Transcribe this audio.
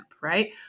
right